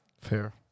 Fair